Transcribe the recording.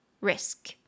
Risk